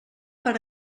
per